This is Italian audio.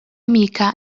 amica